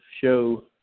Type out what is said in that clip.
show